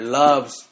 loves